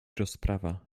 rozprawa